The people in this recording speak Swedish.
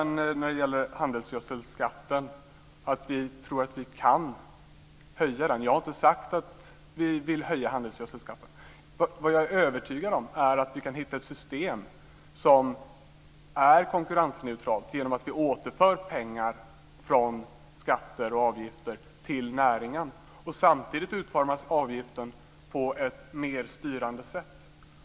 När det gäller handelsgödselskatten har jag inte sagt att vi vill höja den. Vad jag är övertygad om är att vi kan hitta ett system som är konkurrensneutralt genom att vi återför pengar från skatter och avgifter till näringen samtidigt som avgiften utformas på ett mer styrande sätt.